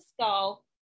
skull